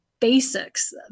basics